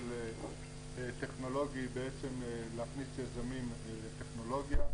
טכנולוגי ולהכניס יזמים לטכנולוגיה.